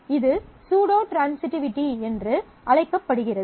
இது pseudo transitivity என்று அழைக்கப்படுகிறது